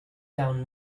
down